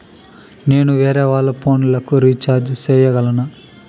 నేను వేరేవాళ్ల ఫోను లకు రీచార్జి సేయగలనా?